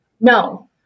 No